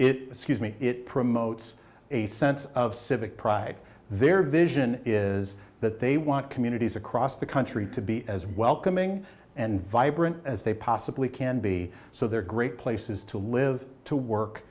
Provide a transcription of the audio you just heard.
scuse me it promotes a sense of civic pride their vision is that they want communities across the country to be as welcoming and vibrant as they possibly can be so they're great places to live to work